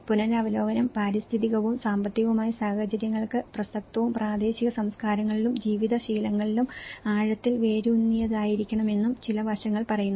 പുനരവലോകനം പാരിസ്ഥിതികവും സാമ്പത്തികവുമായ സാഹചര്യങ്ങൾക്ക് പ്രസക്തവും പ്രാദേശിക സംസ്കാരങ്ങളിലും ജീവിത ശീലങ്ങളിലും ആഴത്തിൽ വേരൂന്നിയതായിരിക്കണമെന്നും ചില വശങ്ങൾ പറയുന്നു